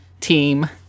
team